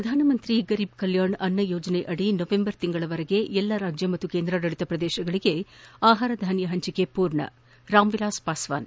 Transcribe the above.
ಪ್ರಧಾನಮಂತ್ರಿ ಗರೀಬ್ ಕಲ್ಯಾಣ್ ಅನ್ನ ಯೋಜನೆ ಅದಿ ನವೆಂಬರ್ವರೆಗೆ ಎಲ್ಲಾ ರಾಜ್ಯ ಮತ್ತು ಕೇಂದ್ರಾಡಳಿತ ಪ್ರದೇಶಗಳಿಗೆ ಆಹಾರಧಾನ್ಯ ಹಂಚಿಕೆ ಪೂರ್ಣ ರಾಮ್ ವಿಲಾಸ್ ಪಾಸ್ವಾನ್